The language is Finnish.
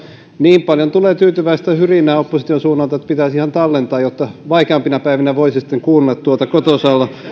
niin paljon tulee tyytyväistä hyrinää opposition suunnalta että pitäisi ihan tallentaa jotta vaikeampina päivinä voisi sitten kuunnella tuota kotosalla